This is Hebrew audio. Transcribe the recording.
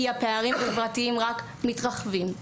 כי הפערים החברתיים רק מתרחבים.